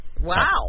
Wow